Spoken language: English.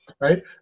right